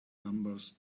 numbers